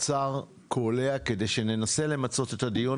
קצר וקולע כדי שננסה למצות את הדיון